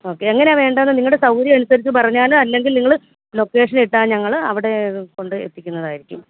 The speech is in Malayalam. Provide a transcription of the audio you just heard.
ഓക്കെ എങ്ങനാണ് വേണ്ടത് നിങ്ങളുടെ സൗകര്യം അനുസരിച്ച് പറഞ്ഞാൽ അല്ലെങ്കിൽ നിങ്ങൾ ലൊക്കേഷൻ ഇട്ടാൽ ഞങ്ങൾ അവിടെ കൊണ്ട് എത്തിക്കുന്നതായിരിക്കും